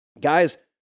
Guys